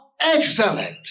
excellent